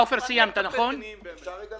הערתי בתחילת